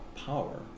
power